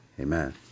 Amen